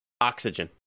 oxygen